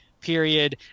period